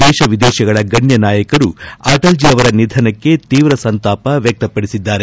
ದೇಶ ವಿದೇಶಗಳ ಗಣ್ಯ ನಾಯಕರು ಅಟಲ್ಜಿ ಅವರ ನಿಧನಕ್ಕೆ ತೀವ್ರ ಸಂತಾಪ ವ್ಯಕ್ತಪಡಿಸಿದ್ದಾರೆ